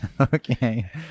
okay